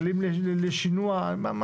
כללים לשינוע.